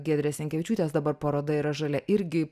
giedrės jankevičiūtės dabar paroda yra žalia irgi